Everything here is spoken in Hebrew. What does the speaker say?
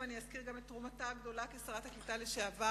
ומייד אני אזכיר את תרומתה הגדולה כשרת הקליטה לשעבר.